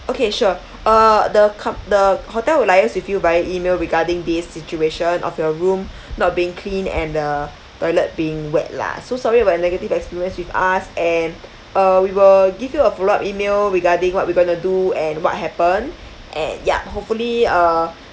okay sure uh the com~ the hotel will liaise with you by email regarding this situation of your room not being cleaned and the toilet being wet lah so sorry about your negative experience with us and uh we will give you a follow up email regarding what we're going to do and what happen and ya hopefully uh